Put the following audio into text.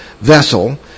vessel